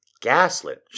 Gaslit